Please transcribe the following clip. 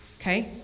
Okay